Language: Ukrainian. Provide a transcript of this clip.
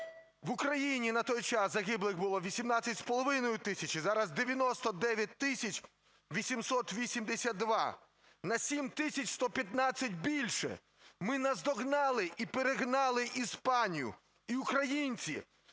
В Україні на той час загиблих було 18,5 тисяч і зараз 99 тисяч 882 – на 7 тисяч 115 більше, ми наздогнали і перегнали Іспанію. І українці